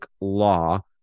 Law